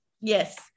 Yes